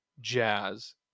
jazz